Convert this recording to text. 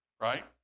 Right